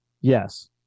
yes